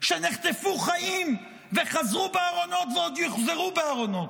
שנחטפו חיים וחזרו בארונות ועוד יחזרו בארונות,